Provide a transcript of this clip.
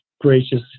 gracious